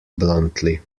bluntly